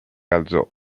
alzò